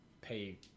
pay